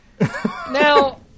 Now